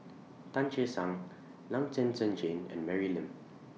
Tan Che Sang Long Zhen Zhen Jane and Mary Lim